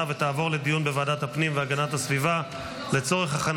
לוועדת הפנים והגנת הסביבה נתקבלה.